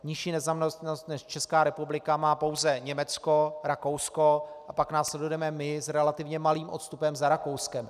Nižší nezaměstnanost než Česká republika má pouze Německo, Rakousko, pak následujeme my s relativně malým odstupem za Rakouskem.